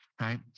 right